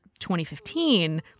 2015